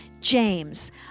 James